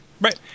Right